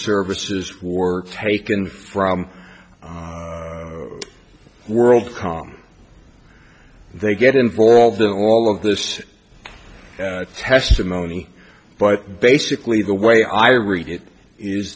services war taken from world com they get involved in all of this testimony but basically the way i read it is